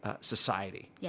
society